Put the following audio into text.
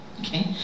okay